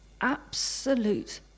Absolute